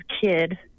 kid